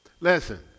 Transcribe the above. Listen